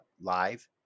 live